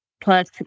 plus